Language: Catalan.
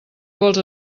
vols